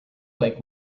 like